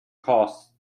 costs